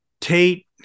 Tate